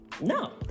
No